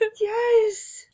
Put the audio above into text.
Yes